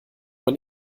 man